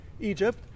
Egypt